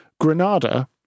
granada